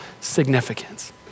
significance